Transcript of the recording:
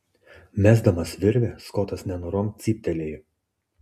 mesdamas virvę skotas nenorom cyptelėjo